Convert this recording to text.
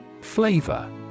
Flavor